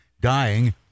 dying